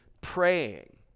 praying